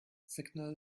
signal